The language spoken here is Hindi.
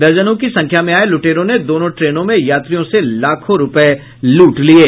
दर्जनों की संख्या में आये लुटेरों ने दोनों ट्रेनों में यात्रियों से लाखों रूपये लूट लिये